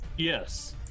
Yes